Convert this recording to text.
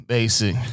Basic